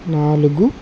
నాలుగు